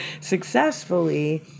successfully